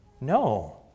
No